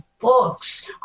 books